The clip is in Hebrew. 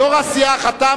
יושב-ראש הסיעה חתם.